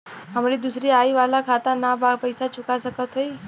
हमारी दूसरी आई वाला खाता ना बा पैसा चुका सकत हई?